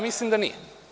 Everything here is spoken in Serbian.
Mislim da nije.